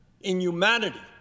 inhumanity